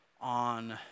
on